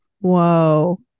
whoa